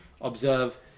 observe